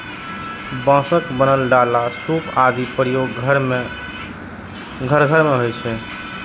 बांसक बनल डाला, सूप आदिक प्रयोग घर घर मे होइ छै